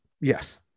Yes